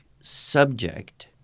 subject